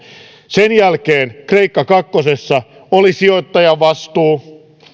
sen jälkeen kreikka kakkosessa oli sijoittajavastuu